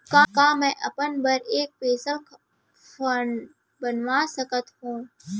का मैं अपन बर एक पेंशन फण्ड बनवा सकत हो?